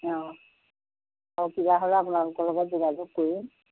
অঁ অঁ কিবা হ'লে আপোনালোকৰ লগত যোগাযোগ কৰিম